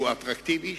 שהוא אטרקטיבי,